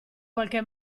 qualche